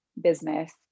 business